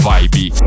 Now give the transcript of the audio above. Vibe